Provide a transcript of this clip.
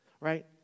Right